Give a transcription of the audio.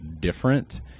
different